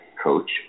Coach